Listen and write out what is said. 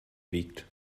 wiegt